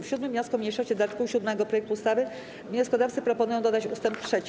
W 7. wniosku mniejszości do art. 7 projektu ustawy wnioskodawcy proponują dodać ust. 3.